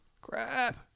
Crap